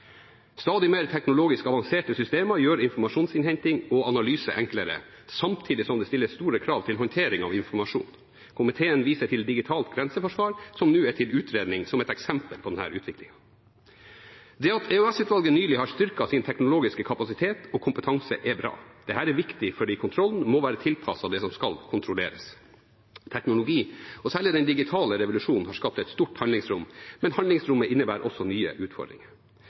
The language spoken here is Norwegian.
Stadig mer teknologisk avanserte systemer gjør informasjonsinnhenting og analyse enklere, samtidig som det stiller store krav til håndtering av informasjon. Komiteen viser til digitalt grenseforsvar, som nå er til utredning, som et eksempel på denne utviklingen. Det at EOS-utvalget nylig har styrket sin teknologiske kapasitet og kompetanse, er bra. Dette er viktig fordi kontrollen må være tilpasset det som skal kontrolleres. Teknologi, og særlig den digitale revolusjonen, har skapt et stort handlingsrom, men handlingsrommet innebærer også nye utfordringer.